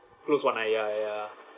close one eye ya ya ya